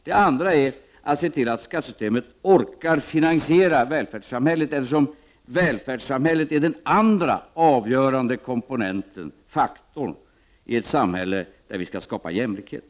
Det andra är att se till att skattesystemet orkar finansiera välfärdssamhället, eftersom välfärdssamhället är den andra avgörande komponenten, faktorn, i ett samhälle där vi strävar efter att skapa jämlikhet.